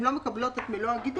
הן לא מקבלות את מלוא הגידול,